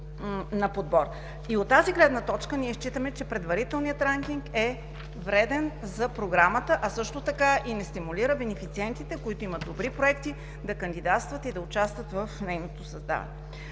От тази гледна точка считаме, че предварителният ранкинг е вреден за Програмата, а и не стимулира бенефициентите, които имат добри проекти, да кандидатстват и да участват в нейното създаване.